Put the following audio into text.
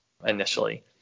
initially